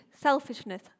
selfishness